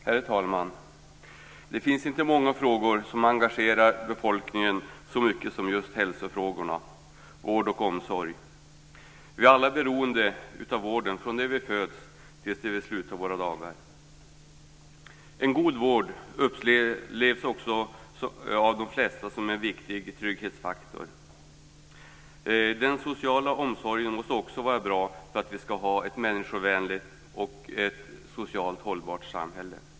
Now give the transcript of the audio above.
Herr talman! Det är inte många frågor som engagerar befolkningen så mycket som just frågor om hälsa, vård och omsorg. Vi är alla beroende av vården från det vi föds tills vi slutar våra dagar. En god vård upplevs också av de flesta som en viktig trygghetsfaktor. Den sociala omsorgen måste vara bra för att vi skall ha ett människovänligt och socialt hållbart samhälle.